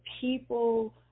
people